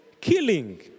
killing